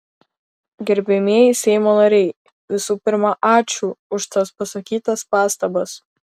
gerbiamieji seimo nariai visų pirma ačiū už tas pasakytas pastabas